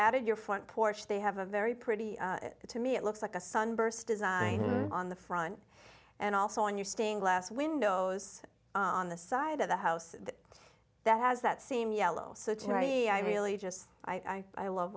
added your front porch they have a very pretty to me it looks like a sunburst design on the front and also on your staying glass windows on the side of the house that has that seem yellow so terry i really just i i love